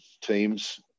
teams